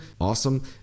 awesome